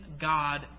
God